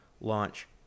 launch